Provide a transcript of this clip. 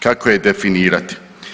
Kako je definirati?